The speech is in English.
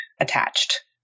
attached